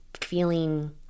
feeling